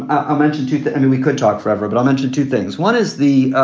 i mentioned to that and we we could talk forever, but i mentioned two things. one is the